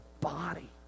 body